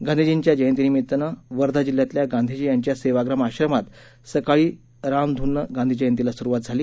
गांधींजीच्या जयंतीनिमित्त वर्धा जिल्ह्यातल्या गांधीजी यांच्या सेवाग्राम आश्रमात सकाळी रामधूननं गांधी जयंतीला स्रवात झाली